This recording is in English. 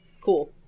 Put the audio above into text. cool